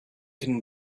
can